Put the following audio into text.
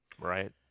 Right